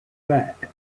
that